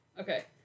Okay